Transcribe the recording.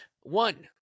One